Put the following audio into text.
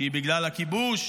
שהיא בגלל הכיבוש?